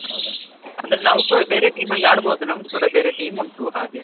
ಹೌದ ಅಂದರೆ ನಾವು ಕೂಡ ಬೇರೆ ಟೀಮಲ್ಲಿ ಆಡ್ಬೋದು ನಮ್ಮದು ಕೂಡ ಬೇರೆ ಟೀಮ್ ಉಂಟು ಹಾಗೆ